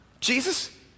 Jesus